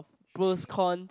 pros con